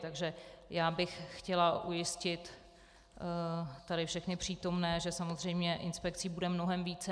Takže já bych chtěla ujistit všechny přítomné, že samozřejmě inspekcí bude mnohem více.